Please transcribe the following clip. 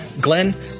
Glenn